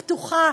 פתוחה,